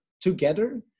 together